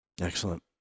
Excellent